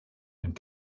and